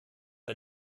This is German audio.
ein